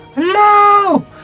hello